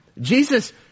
Jesus